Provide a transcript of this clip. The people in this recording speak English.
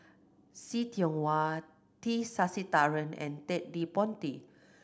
See Tiong Wah T Sasitharan and Ted De Ponti